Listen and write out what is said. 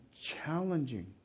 challenging